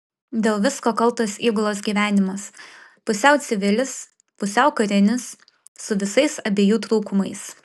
dėl visko kaltas įgulos gyvenimas pusiau civilis pusiau karinis su visais abiejų trūkumais